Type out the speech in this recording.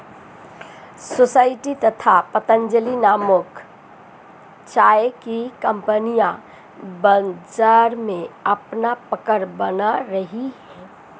society तथा पतंजलि नामक चाय की कंपनियां बाजार में अपना पकड़ बना रही है